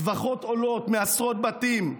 צווחות עולות מעשרות בתים,